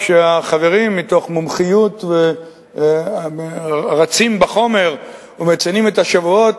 כשהחברים מתוך מומחיות רצים בחומר ומציינים את השבועות,